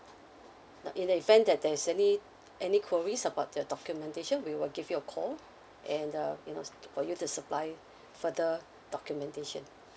now in the event that there's any any queries about the documentation we will give you a call and uh you know sp~ for you to supply further documentation